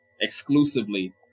exclusively